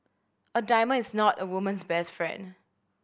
a diamond is not a woman's best friend